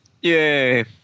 Yay